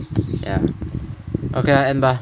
ya okay lah end bah